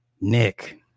Nick